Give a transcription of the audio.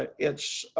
ah it's